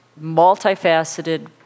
multifaceted